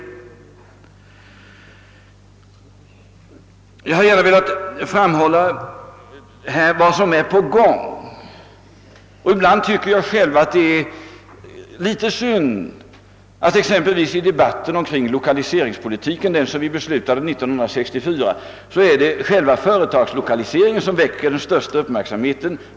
Jag har i detta sammanhang gärna velat erinra om vad som är på gång. Ibland tycker jag att det i viss mån är synd att det exempelvis i debatten om lokaliseringspolitiken — vilken riksdagen fattade beslut om år 1964 — är själva företagslokaliseringen som väcker den största uppmärksamheten.